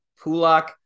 Pulak